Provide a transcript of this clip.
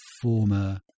former